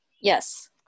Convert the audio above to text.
yes